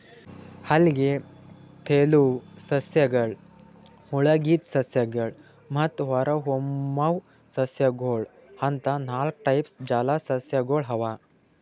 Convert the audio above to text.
ಅಲ್ಗೆ, ತೆಲುವ್ ಸಸ್ಯಗಳ್, ಮುಳಗಿದ್ ಸಸ್ಯಗಳ್ ಮತ್ತ್ ಹೊರಹೊಮ್ಮುವ್ ಸಸ್ಯಗೊಳ್ ಅಂತಾ ನಾಲ್ಕ್ ಟೈಪ್ಸ್ ಜಲಸಸ್ಯಗೊಳ್ ಅವಾ